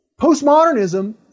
postmodernism